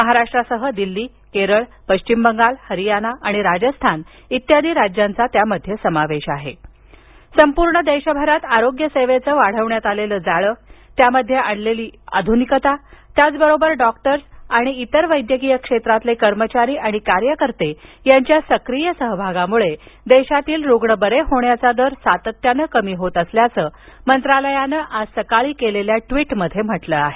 महाराष्ट्रासह दिल्ली केरळ पश्चिम बंगाल हरियाना आणि राजस्थान आदींचा त्यामध्ये समावेश आहे संपूर्ण देशभरात आरोग्य सेवेचं वाढविण्यात आलेलं जाळं त्यामध्ये आणलेली अत्याधुनिकता याचबरोबर डॉक्टर्स आणि इतर वैद्यकीय क्षेत्रातील कर्मचारी आणि कार्यकर्ते यांच्या सक्रीय सहभागामुळे देशातील रुग्ण बरे होण्याचा दर सातत्यानं कमी होत असल्याचं मंत्रालयानं आपल्या आज सकाळी केलेल्या ट्वीटमध्ये म्हटलं आहे